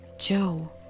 Joe